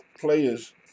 players